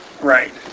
Right